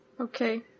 okay